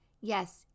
Yes